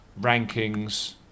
rankings